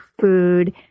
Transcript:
food